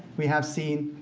we have seen